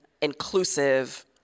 inclusive